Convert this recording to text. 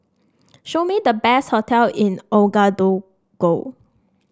show me the best hotel in Ouagadougou